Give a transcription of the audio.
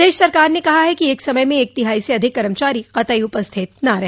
प्रदेश सरकार ने कहा है कि एक समय में एक तिहाई से अधिक कर्मचारी कतई उपस्थित न रह